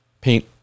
paint